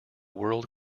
world